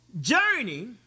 journey